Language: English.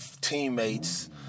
teammates